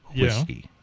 whiskey